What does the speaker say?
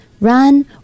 run